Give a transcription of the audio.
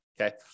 okay